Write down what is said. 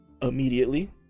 Immediately